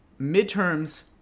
midterms